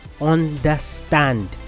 understand